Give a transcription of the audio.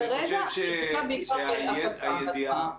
כרגע --- הפצה והטמעה.